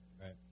Right